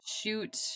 Shoot